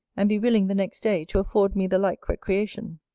and be willing the next day to afford me the like recreation.